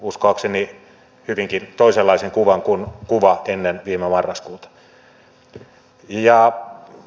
uskoakseni hyvinkin toisenlaisen kuvan kuin kuva ennen viime marraskuuta